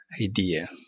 idea